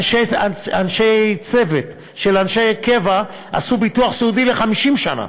ואנשי צוות של אנשי קבע עשו ביטוח ל-50 שנה.